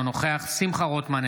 אינו נוכח שמחה רוטמן,